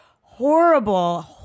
Horrible